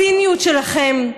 הציניות שלכם,